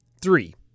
Three